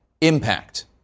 impact